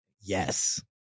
yes